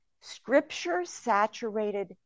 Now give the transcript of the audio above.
scripture-saturated